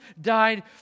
died